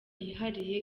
yihariye